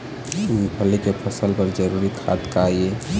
मूंगफली के फसल बर जरूरी खाद का ये?